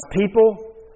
people